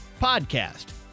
podcast